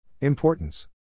Importance